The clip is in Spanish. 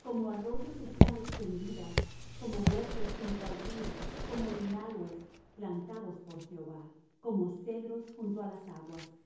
como arroyos están extendidas como huertos junto al río como lináloes plantados por jehová como cedros junto á las aguas de